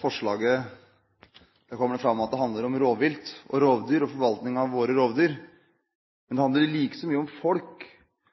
forslaget kommer det fram at det handler om rovvilt, rovdyr og forvaltning av våre rovdyr. Men